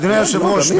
אדוני היושב-ראש,